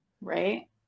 right